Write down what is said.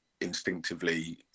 instinctively